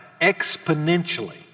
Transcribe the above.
exponentially